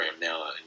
now